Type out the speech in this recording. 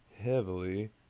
heavily